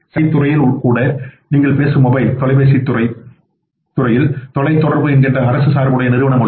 சேவைத் துறையில் கூட நீங்கள் பேசும் மொபைல் தொலைபேசி துறைதுறையில் தொலைத்தொடர்பு என்கின்ற அரசு சார்புடைய நிறுவனம் உள்ளது